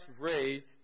raised